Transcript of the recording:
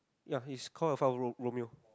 ya it's call Alfa-Ro~ Romeo